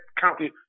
county